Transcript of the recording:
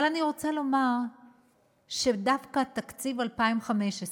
אבל אני רוצה לומר שדווקא תקציב 2015,